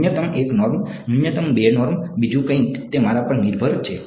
ન્યૂનતમ 1 નોર્મ ન્યૂનતમ 2 નોર્મ બીજું કંઈક તે મારા પર નિર્ભર છે